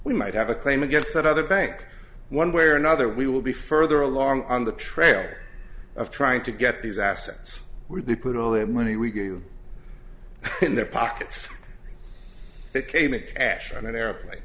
we might have a claim against that other bank one way or another we will be further along on the trail of trying to get these assets were they put all their money review in their pockets became a cash on an airplane